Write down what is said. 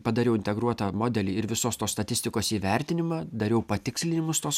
padariau integruotą modelį ir visos tos statistikos įvertinimą dariau patikslinimus tos